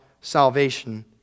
salvation